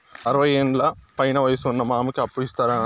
అరవయ్యేండ్ల పైన వయసు ఉన్న మా మామకి అప్పు ఇస్తారా